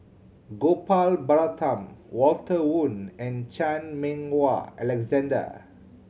Gopal Baratham Walter Woon and Chan Meng Wah Alexander